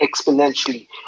exponentially